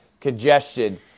congestion